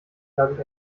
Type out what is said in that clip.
dadurch